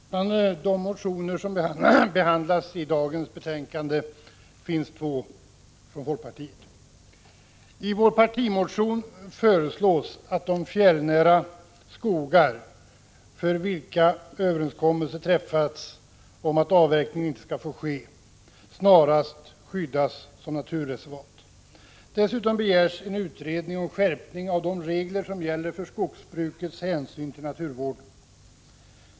Fru talman! Bland de motioner som behandlats i dagens betänkande finns två från folkpartiet. I vår partimotion föreslås att de fjällnära skogar för vilka överenskommelse träffats om att avverkning ej skall få ske snarast skyddas som naturreservat. Dessutom begärs en utredning om skärpning av de regler som gäller för skogsbrukets hänsyn till naturvården.